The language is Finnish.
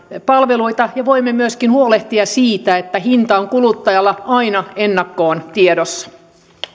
palveluita ja voimme myöskin huolehtia siitä että hinta on kuluttajalla aina ennakkoon tiedossa